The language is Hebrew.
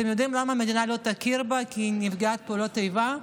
אתם יודעים למה המדינה לא תכיר בה כנפגעת פעולות איבה?